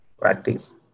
practice